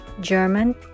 German